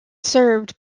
served